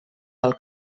del